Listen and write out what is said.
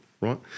right